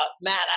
Matt